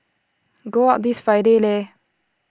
go out this Friday Lei